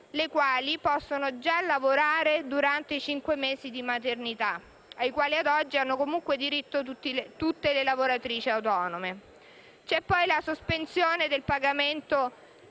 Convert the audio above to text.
le quali possono già lavorare durante i cinque mesi di maternità, ai quali ad oggi hanno comunque diritto tutte le lavoratrici autonome. Sono poi previste la sospensione del pagamento